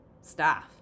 staff